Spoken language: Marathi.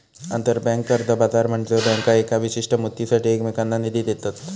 आंतरबँक कर्ज बाजार म्हनजे बँका येका विशिष्ट मुदतीसाठी एकमेकांनका निधी देतत